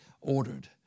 ordered